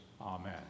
Amen